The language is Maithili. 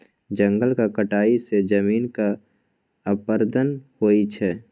जंगलक कटाई सँ जमीनक अपरदन होइ छै